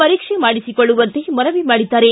ಪರೀಕ್ಷೆ ಮಾಡಿಸಿಕೊಳ್ಳುವಂತೆ ಮನವಿ ಮಾಡಿದ್ದಾರೆ